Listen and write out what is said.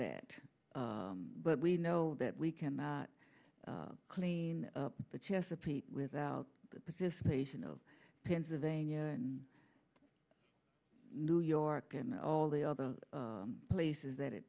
that but we know that we cannot clean up the chesapeake without the participation of pennsylvania and new york and all the other places that it